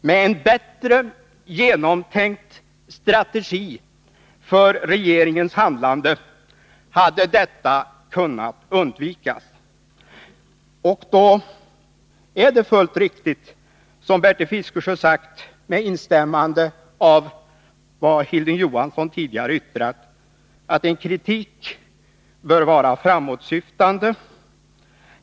Med en bättre genomtänkt strategi för regeringens handlande hade detta kunnat undvikas. Det är fullt riktigt att kritik, som Bertil Fiskesjö sade med instämmande i vad Hilding Johansson tidigare yttrat, bör vara framåtsyftande.